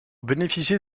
bénéficier